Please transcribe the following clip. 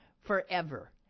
forever